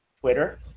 twitter